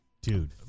dude